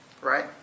right